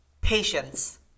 patience